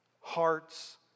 hearts